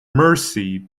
mercy